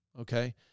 okay